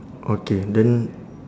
okay then